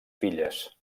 filles